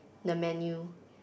the menu